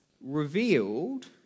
revealed